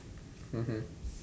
mmhmm